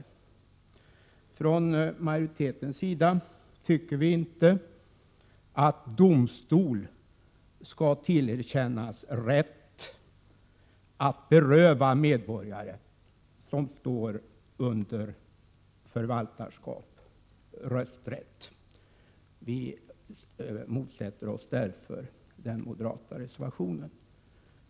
Vi i utskottsmajoriteten tycker inte att domstol skall tillerkännas rätt att beröva medborgare som står under förvaltarskap rösträtt. Vi motsätter oss därför den moderata reservationen.